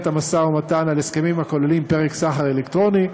משא-ומתן על הסכמים הכוללים פרק סחר אלקטרוני,